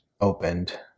opened